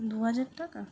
দু হাজার টাকা